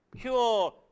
pure